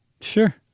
Sure